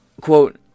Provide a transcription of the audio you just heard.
Quote